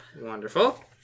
Wonderful